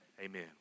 amen